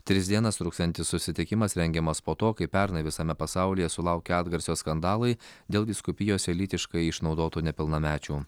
tris dienas truksiantis susitikimas rengiamas po to kai pernai visame pasaulyje sulaukė atgarsio skandalai dėl vyskupijose lytiškai išnaudotų nepilnamečių